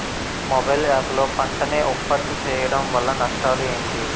Mobile app లో పంట నే ఉప్పత్తి చేయడం వల్ల నష్టాలు ఏంటి?